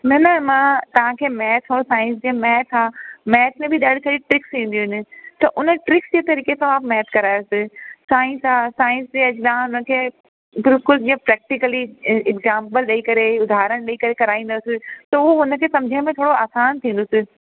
न न मां तव्हांखे मैथ और साइंस जीअं मैथ आहे मैथ्स में बि ॾाढो सारी ट्रिक्स ईंदियूं आहिनि त उन ट्रिक्स जे तरीक़े सां मैथ्स करायोसि साइंस आहे साइंस जे एग्जाम खे बिल्कुलु जीअं प्रैक्टिक्ली ए एग्जांपल ॾेई करे उदारहणु ॾेई करे कराईंदसि त उहो हुनखे सम्झनि में थोरो आसानु थींदुसि